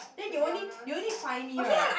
then you only you only find me right